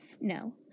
No